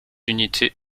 unités